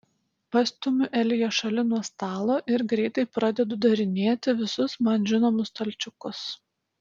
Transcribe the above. pastumiu eliją šalin nuo stalo ir greitai pradedu darinėti visus man žinomus stalčiukus